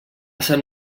sant